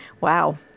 wow